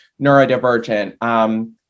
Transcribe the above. neurodivergent